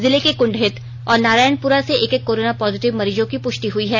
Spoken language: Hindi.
जिले के क्ंडहित और नारायणपुरा से एक एक कोरोना पॉजिटिव मरीजों की पुष्टि हुई है